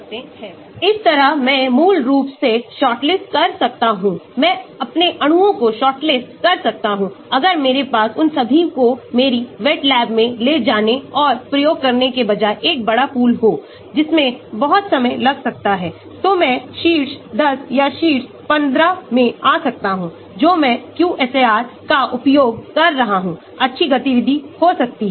इस तरह मैं मूल रूप से शॉर्टलिस्ट कर सकता हूं मैं अपने अणुओं को शॉर्टलिस्ट कर सकता हूं अगर मेरे पास उन सभी को मेरी wet lab में ले जाने और प्रयोग करने के बजाय एक बड़ा पूल हो जिसमें बहुत समय लग सकता है तो मैं शीर्ष 10 या शीर्ष 15 में आ सकता हूं जो मैं QSAR का उपयोग कर रहा हूं अच्छी गतिविधि हो सकती है